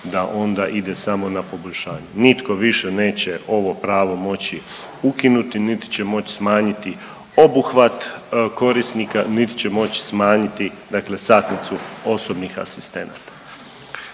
da onda ide samo na poboljšanje. Nitko više neće ovo pravo moći ukinuti, niti će moći smanjiti obuhvat korisnika, niti će moći smanjiti dakle satnicu osobnih asistenata.